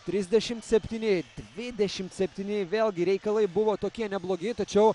trisdešim septyni dvidešim septyni vėlgi reikalai buvo tokie neblogi tačiau